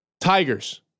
Tigers